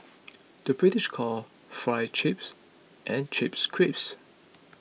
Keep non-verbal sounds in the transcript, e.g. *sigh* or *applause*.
*noise* the British calls Fries Chips and Chips Crisps